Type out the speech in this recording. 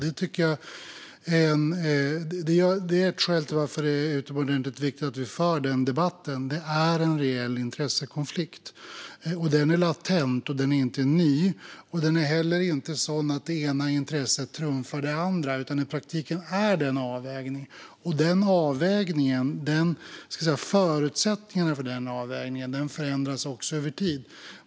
Det är ett skäl till att det är utomordentligt viktigt att vi för den debatten. Det är en reell intressekonflikt som är latent, inte ny. Det är inte heller så att det ena intresset trumfar det andra. I praktiken är det fråga om en avvägning, och förutsättningarna för den avvägningen förändras också över tid.